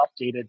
updated